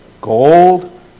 gold